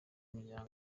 n’imiryango